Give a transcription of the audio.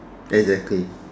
exactly